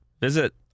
Visit